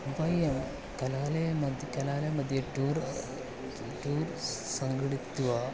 वयं कलालयमध्ये कलालयमध्ये टूर् टूर् सङ्घटित्वा